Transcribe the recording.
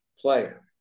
player